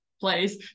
place